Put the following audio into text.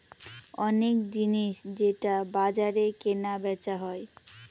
অনেক জিনিস যেটা বাজারে কেনা বেচা হয়